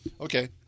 Okay